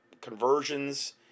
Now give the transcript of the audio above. conversions